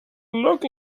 look